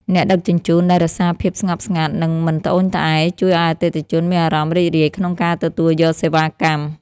អ្នកដឹកជញ្ជូនដែលរក្សាភាពស្ងប់ស្ងាត់ និងមិនត្អូញត្អែរជួយឱ្យអតិថិជនមានអារម្មណ៍រីករាយក្នុងការទទួលយកសេវាកម្ម។